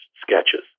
sketches